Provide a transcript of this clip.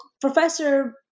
professor